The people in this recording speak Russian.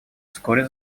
вскоре